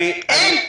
אין.